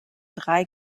drei